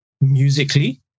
musically